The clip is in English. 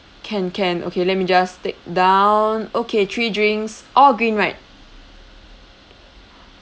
can can okay let me just take down okay three drinks all green right